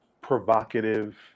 provocative